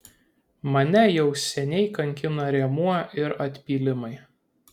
mane jau seniai kankina rėmuo ir atpylimai